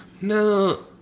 No